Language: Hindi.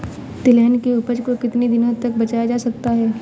तिलहन की उपज को कितनी दिनों तक बचाया जा सकता है?